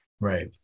right